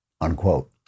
Unquote